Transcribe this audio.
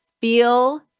feel